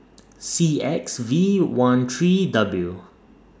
C X V one three W